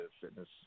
fitness